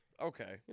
Okay